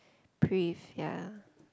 Prive ya